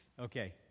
Okay